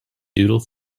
doodle